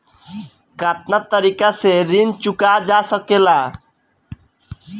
कातना तरीके से ऋण चुका जा सेकला?